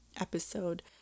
episode